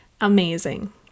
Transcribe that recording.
Amazing